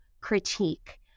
critique